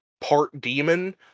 part-demon